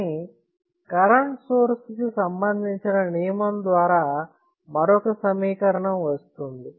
కానీ current source కి సంబంధించిన నియమం ద్వారా మరొక సమీకరణం వస్తుంది